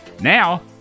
Now